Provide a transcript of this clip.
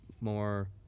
more